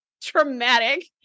traumatic